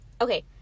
Okay